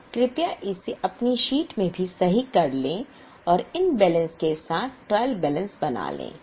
अब कृपया इसे अपनी शीट में भी सही कर लें और इन बैलेंस के साथ पहले ट्रायल बैलेंस बना लें